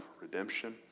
redemption